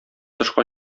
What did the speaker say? тышка